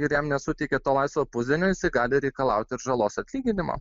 ir jam nesuteikė to laisvo pusdienio jisai gali reikalauti ir žalos atlyginimo